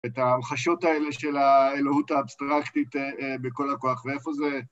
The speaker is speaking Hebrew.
את ההמחשות האלה של האלוהות האבסטרקטית בכל הכוח, ואיפה זה...